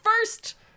first